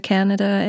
Canada